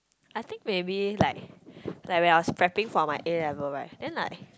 I think maybe like like when I was preparing for my A-level right then like